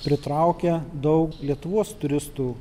pritraukia daug lietuvos turistų